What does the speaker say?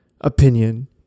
opinion